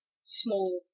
small